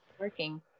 working